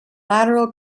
lateral